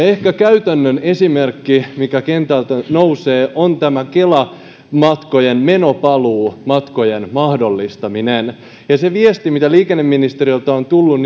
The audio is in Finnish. ehkä käytännön esimerkki joka kentältä nousee on tämä kela matkojen meno paluumatkojen mahdollistaminen ja se viesti liikenneministeriöltä on tullut